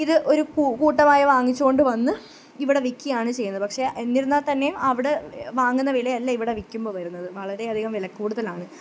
ഇത് ഒരു കൂട്ടമായി വാങ്ങിച്ചു കൊണ്ടുവന്ന് ഇവിടെ വിൽക്കുകയാണ് ചെയ്യുന്നത് പക്ഷെ എന്നിരുന്നാൽത്തന്നെ അവിടെ വാങ്ങുന്ന വിലയല്ല ഇവിടെ വിൽക്കുമ്പോൾ വരുന്നത് വളരെയധികം വിലക്കുടുതലാണ്